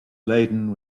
laden